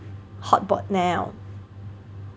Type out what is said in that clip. hot bod now